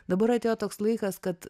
dabar atėjo toks laikas kad